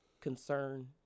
concern